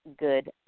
good